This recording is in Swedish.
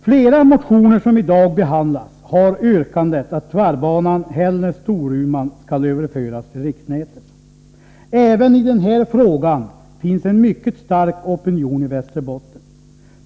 Flera av de motioner som i dag behandlas har yrkandet att tvärbanan Hällnäs-Storuman skall överföras till riksnätet. Även i den här frågan finns det en mycket stark opinion i Västerbotten.